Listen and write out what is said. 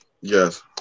Yes